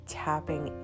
tapping